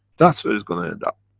that's where is going to end up.